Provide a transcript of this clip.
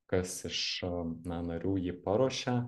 kas iš na narių jį paruošia